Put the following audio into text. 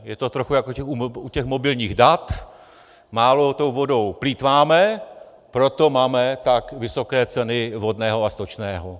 Je to trochu jako u mobilních dat: málo tou vodou plýtváme, proto máme tak vysoké ceny vodného a stočného.